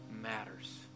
matters